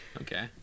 Okay